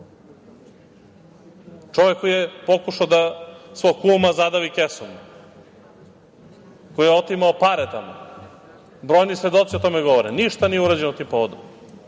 čovek koji je pokušao da svog kuma zadavi kesom, koji je otimao pare tamo. Brojni svedoci o tome govore. Ništa nije urađeno tim povodom.